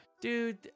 Dude